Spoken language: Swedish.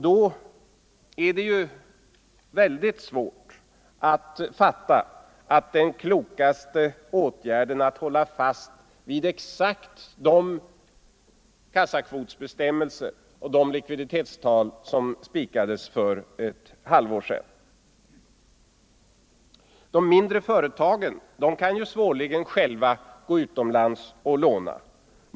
Då är det väldigt svårt att fatta att den klokaste åtgärden är att hålla fast vid exakt de kassakvotsbestämmelser och de likviditetstal som spikades för ett halvår sedan. De mindre företagen kan svårligen själva gå utomlands och låna.